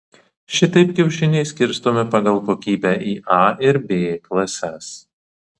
šitaip kiaušiniai skirstomi pagal kokybę į a ir b klases